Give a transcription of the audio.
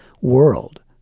world